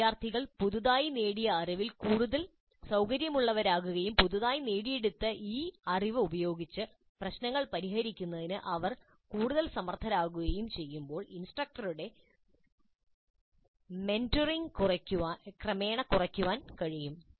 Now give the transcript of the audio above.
വിദ്യാർത്ഥികൾ പുതുതായി നേടിയ അറിവിൽ കൂടുതൽ സൌകര്യമുള്ളവരാകുകയും പുതുതായി നേടിയെടുത്ത ഈ അറിവ് ഉപയോഗിച്ച് പ്രശ്നങ്ങൾ പരിഹരിക്കുന്നതിന് അവർ കൂടുതൽ സമർത്ഥരാകുകയും ചെയ്യുമ്പോൾ ഇൻസ്ട്രക്ടറുടെ മെന്ററിംഗ് ക്രമേണ കുറയ്ക്കാൻ കഴിയും